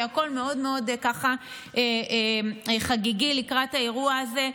כי הכול מאוד מאוד חגיגי לקראת האירוע הזה.